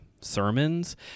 sermons